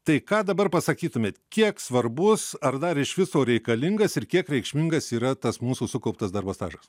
tai ką dabar pasakytumėt kiek svarbus ar dar iš viso reikalingas ir kiek reikšmingas yra tas mūsų sukauptas darbo stažas